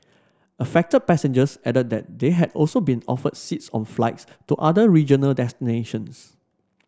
affected passengers added that they had also been offered seats on flights to other regional destinations